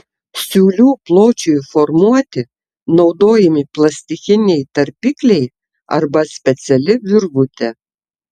siūlių pločiui formuoti naudojami plastikiniai tarpikliai arba speciali virvutė